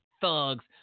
thugs